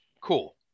Cool